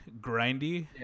grindy